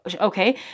Okay